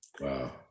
wow